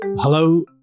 Hello